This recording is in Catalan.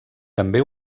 també